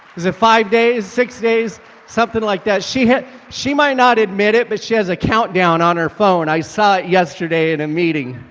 is it five days six days something like that? she hit she might not admit it, but she has a countdown on her phone i saw it yesterday in a meeting